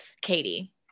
Katie